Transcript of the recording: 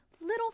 little